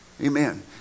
Amen